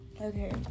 okay